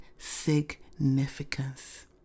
significance